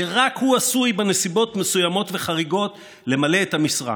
שרק הוא עשוי בנסיבות מסוימות וחריגות למלא את המשרה.